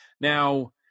Now